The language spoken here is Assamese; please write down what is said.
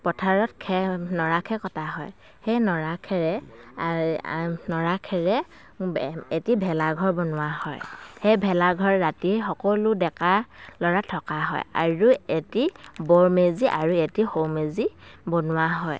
পথাৰত খেৰ নৰা খেৰ কটা হয় সেই নৰা খেৰে নৰা খেৰে এটি ভেলাঘৰ বনোৱা হয় সেই ভেলাঘৰ ৰাতি সকলো ডেকা ল'ৰা থকা হয় আৰু এটি বৰ মেজি আৰু এটি সৰু মেজি বনোৱা হয়